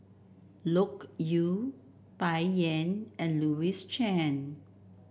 Loke Yew Bai Yan and Louis Chen